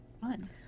Fun